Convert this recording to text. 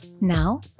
Now